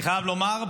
אני חייב לומר,